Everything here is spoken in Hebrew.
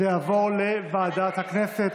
זה יעבור לוועדת הכנסת.